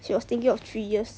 she was thinking of three years